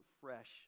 fresh